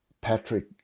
Patrick